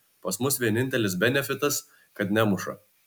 pas mus vienintelis benefitas kad nemuša